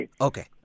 Okay